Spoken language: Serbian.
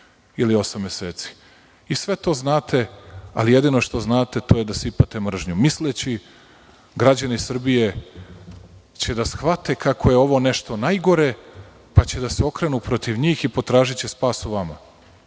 ili osam meseci. Sve to znate, ali jedino što znate to je da sipate mržnju, misleći građani Srbije će da shvate kako je ovo nešto najgore, pa će da se okrenu protiv njih i potražiće spas u vama.